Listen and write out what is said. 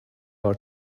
are